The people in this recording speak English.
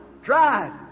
Try